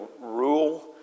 rule